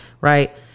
Right